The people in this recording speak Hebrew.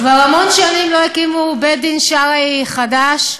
כבר המון שנים לא הקימו בית-דין שרעי חדש.